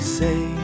say